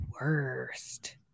worst